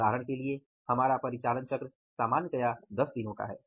उदाहरण के लिए हमारा परिचालन चक्र सामान्यतया 10 दिनों का है